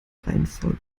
reihenfolge